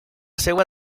seva